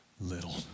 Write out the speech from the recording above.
little